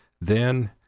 then-